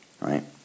right